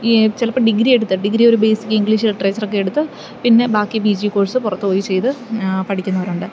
ഈ ചിലപ്പോള് ഡിഗ്രി എടുത്ത് ഡിഗ്രി ഒരു ബേസിക് ഇംഗ്ലീഷ് ലിറ്ററേച്ചറൊക്കെ എടുത്ത് പിന്നെ ബാക്കി പി ജി കോഴ്സ് പുറത്തുപോയി ചെയ്ത് പഠിക്കുന്നവരുണ്ട്